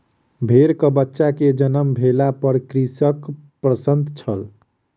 भेड़कबच्चा के जन्म भेला पर कृषक प्रसन्न छल